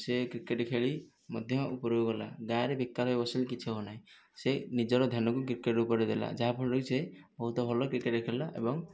ସିଏ କ୍ରିକେଟ୍ ଖେଳି ମଧ୍ୟ ଉପରକୁ ଗଲା ଗାଁରେ ବେକାର ବସିଲେ କିଛି ହେବ ନାହିଁ ସେ ନିଜର ଧ୍ୟାନକୁ କ୍ରିକେଟ୍ ଉପରେ ଦେଲା ଯାହା ଫଳରେ କି ସେ ବହୁତ ଭଲ କ୍ରିକେଟ୍ ଖେଳିଲା ଏବଂ